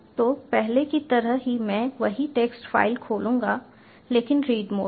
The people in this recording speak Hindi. तो पहले की तरह ही मैं वही टेक्स्ट फ़ाइल खोलूंगा लेकिन रीड मोड में